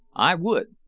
i would!